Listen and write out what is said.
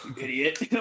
idiot